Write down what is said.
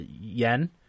Yen